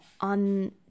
on